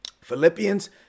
Philippians